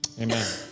Amen